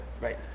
Right